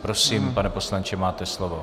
Prosím, pane poslanče, máte slovo.